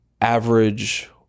average